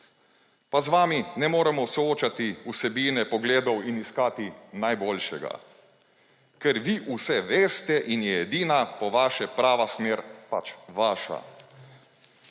z vami ne moremo soočati vsebine, pogledov in iskati najboljšega, ker vi vse veste in je edina po vaše prava smer pač vaša.